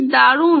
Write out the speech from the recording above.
কি দারুন